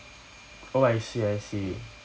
oh I see I see